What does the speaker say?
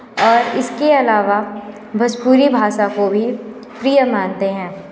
और इसके अलावा भोजपुरी भाषा को भी प्रिया मानते हैं